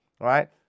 right